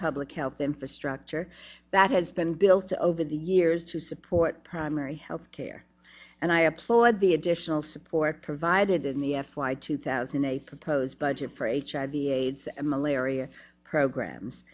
public health infrastructure that has been built over the years to support primary health care and i applaud the additional support provided in the f y two thousand a proposed budget for h i v aids and malaria programs